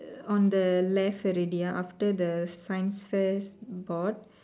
err on the left already ah after the science fair's board